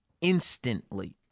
Instantly